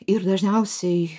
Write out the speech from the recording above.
ir dažniausiai